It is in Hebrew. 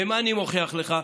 ומה אני מוכיח לך?